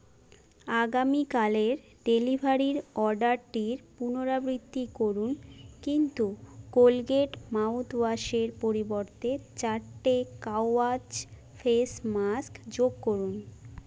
আগামীকালের ডেলিভারির অর্ডারটির পুনরাবৃত্তি করুন কিন্তু কোলগেট মাউথওয়াশের পরিবর্তে চারটে কাওয়াচ ফেস মাস্ক যোগ করুন